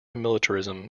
militarism